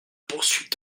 poursuite